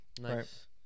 Nice